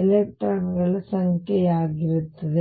electron ಗಳ ಸಂಖ್ಯೆಗೆ ಸಮನಾಗಿರುತ್ತದೆ